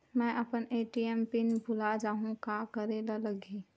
मैं अपन ATM PIN भुला जहु का करे ला लगही?